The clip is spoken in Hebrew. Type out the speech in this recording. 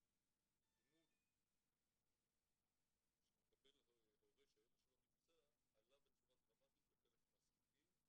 ה- -- שמקבל הורה שהילד שלו נפצע עלה בצורה דרמטית בחלק מהסעיפים.